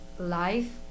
Life